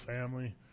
family